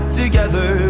together